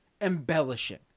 embellishing